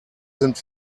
sind